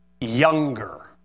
Younger